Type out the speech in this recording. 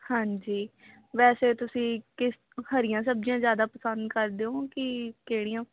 ਹਾਂਜੀ ਵੈਸੇ ਤੁਸੀਂ ਕਿਸ ਹਰੀਆਂ ਸਬਜ਼ੀਆਂ ਜ਼ਿਆਦਾ ਪਸੰਦ ਕਰਦੇ ਹੋ ਕਿ ਕਿਹੜੀਆਂ